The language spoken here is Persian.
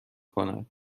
کند